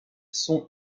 sont